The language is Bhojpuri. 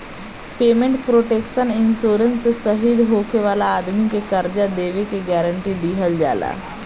पेमेंट प्रोटेक्शन इंश्योरेंस से शहीद होखे वाला आदमी के कर्जा देबे के गारंटी दीहल जाला